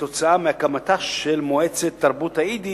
לא ראיתי שכתוצאה מהקמתה של מועצת תרבות היידיש,